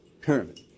pyramid